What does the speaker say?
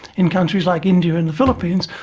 in countries like india and the philippines,